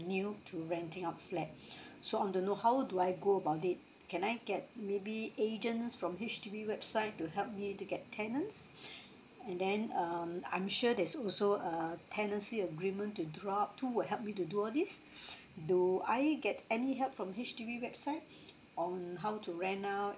new to renting out flat so I want to know how do I go about it can I get maybe agents from H_D_B website to help me to get tenants and then um I'm sure there's also a tenancy agreement to drop who will help me to do all these do I get any help from H_D_B website um how to rent out